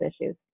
issues